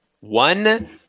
One